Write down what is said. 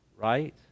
right